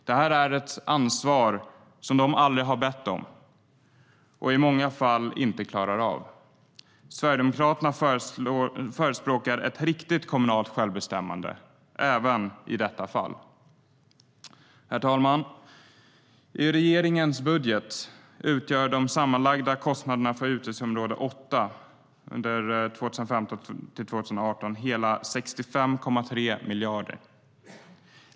Det är ett ansvar som de aldrig har bett om och som de i många fall inte klarar av. Sverigedemokraterna förespråkar ett riktigt kommunalt självbestämmande, även i detta fall.I regeringens budget utgör de sammanlagda kostnaderna för utgiftsområde 8 för 2015-2018 hela 65,3 miljarder.